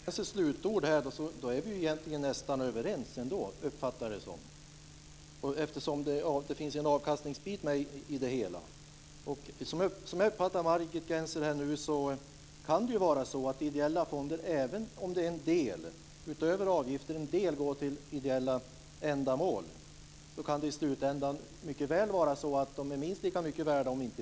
Fru talman! Med tanke på Margit Gennsers slutord måste jag säga att vi nästan är överens, eftersom det finns en avkastningsdel med i det hela. Som jag uppfattar Margit Gennser säger hon att det kan vara så att ideella fonder i slutändan är värda minst lika mycket, om inte mer, även om en del pengar utöver avgiften går till ideella ändamål.